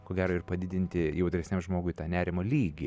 ko gero ir padidinti jautresniam žmogui tą nerimo lygį